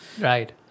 right